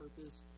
purpose